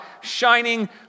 shining